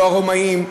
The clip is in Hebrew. לא הרומאים,